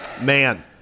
man